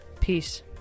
Peace